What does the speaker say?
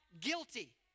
guilty